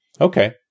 Okay